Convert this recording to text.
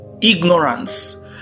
ignorance